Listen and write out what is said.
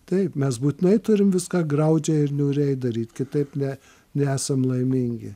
taip mes būtinai turim viską graudžiai ir niūriai daryt kitaip ne nesam laimingi